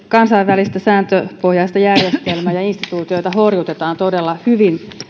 kansainvälistä sääntöpohjaista järjestelmää ja instituutioita todella horjutetaan hyvin